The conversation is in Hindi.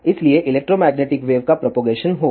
इसलिए इलेक्ट्रोमैग्नेटिक वेव का प्रोपगेशन होगा